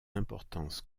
importance